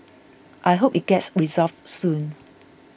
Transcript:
I hope it gets resolved soon